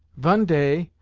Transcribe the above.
von day,